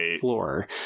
floor